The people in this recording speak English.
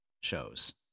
shows